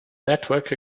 network